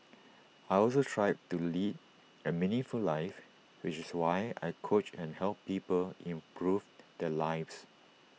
I also strive to lead A meaningful life which is why I coach and help people improve their lives